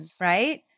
right